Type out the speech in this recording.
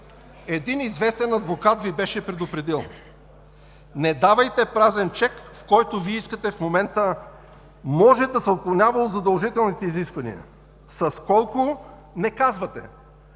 един известен адвокат Ви беше предупредил – не давайте празен чек, който Вие искате в момента, може да се отклонява от задължителните изисквания. С колко – не казвате.